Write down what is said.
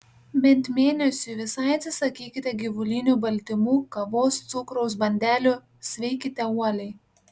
bent mėnesiui visai atsisakykite gyvulinių baltymų kavos cukraus bandelių sveikite uoliai